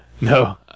no